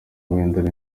guhindura